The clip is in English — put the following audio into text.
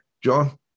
John